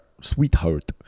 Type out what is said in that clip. sweetheart